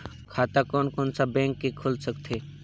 खाता कोन कोन सा बैंक के खुल सकथे?